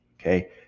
okay